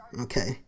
okay